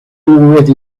already